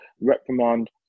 reprimand